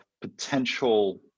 potential